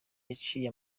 yaciye